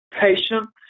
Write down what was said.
patient